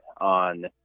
on